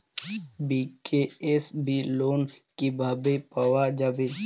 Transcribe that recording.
BKSB loan কিভাবে পাওয়া যাবে?